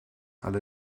alle